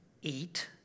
Eat